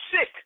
sick